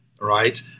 Right